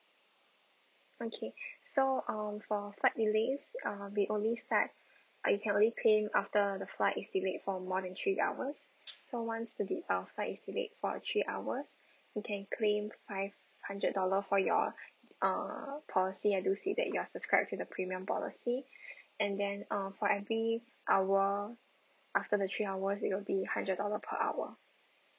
okay so um for flight delays ah we only start ah you can only claim after the flight is delayed for more than three hours so once the uh flight is delayed for three hours you can claim five hundred dollar for your uh policy I do see that you're subscribe to the premium policy and then uh for every hour after the three hours it would be hundred dollar per hour